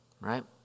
right